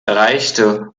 erreichte